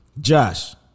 Josh